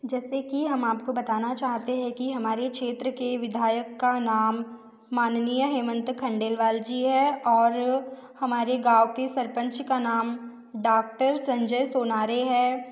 जैसे कि हम आपको बताना चाहते हैं कि हमारे क्षेत्र के विधायक का नाम माननीय हेमंत खण्डेलवाल जी है और हमारे गाव के सरपंच का नाम डाक्टर संजय सोनारे है